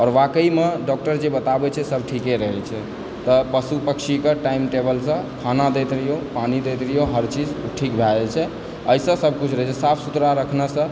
आओर वाकईमे डॉक्टर जे बताबैए सभ ठीके रहय छै तऽ पशु पक्षीकऽ टाइम टेबलसँ खाना दैत रहिऔ पानी दैत रहिऔ हर चीज ठीक भए जाइ छै एहिसँ सभ ठीक रहै छै साफ सुथड़ा रखनेसँ